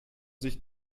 sich